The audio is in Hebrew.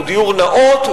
הוא דיור נאות,